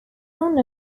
son